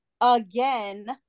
again